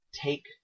take